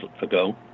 ago